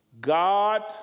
God